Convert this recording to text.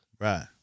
Right